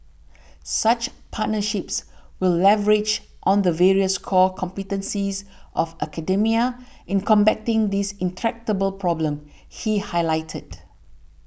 such partnerships will leverage on the various core competencies of academia in combating this intractable problem he highlighted